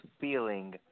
feeling